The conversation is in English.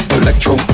electro